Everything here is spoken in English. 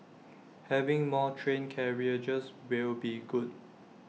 having more train carriages will be good